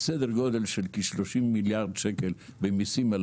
סדר גודל של כ-30 מיליארד שקל ממסים על